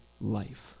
life